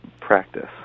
practice